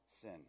sin